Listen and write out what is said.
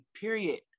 period